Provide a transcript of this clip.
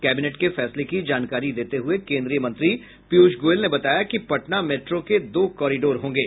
cabinet के फैसले की जानकारी देते हुए केन्द्रीय मंत्री पीयूष गोयल ने बताया कि पटना मेट्रो के दो कॉरिडोर होंगे